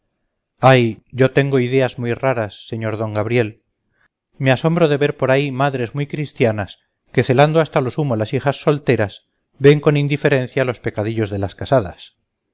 ay yo tengo ideas muy raras sr d gabriel me asombro de ver por ahí madres muy cristianas que celando hasta lo sumo las hijas solteras ven con indiferencia los pecadillos de las casadas